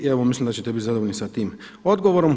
I evo mislim da ćete bit zadovoljni sa tim odgovorom.